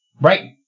Right